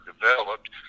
developed